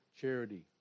charity